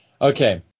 Okay